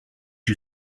you